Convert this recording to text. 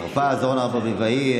אורנה ברביבאי,